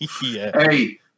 Hey